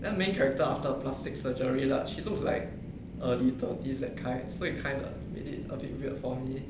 then main character after her plastic surgery lah she looks like early thirties that kind so it's kind of a bit a bit weird for me